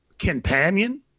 companion